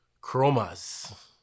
Chromas